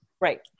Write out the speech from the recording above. Right